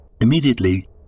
Immediately